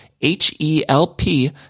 H-E-L-P